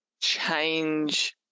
change